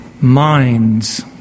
minds